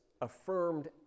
affirmed